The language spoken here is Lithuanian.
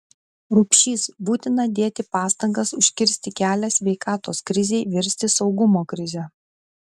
rupšys būtina dėti pastangas užkirsti kelią sveikatos krizei virsti saugumo krize